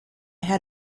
had